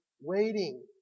waiting